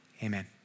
Amen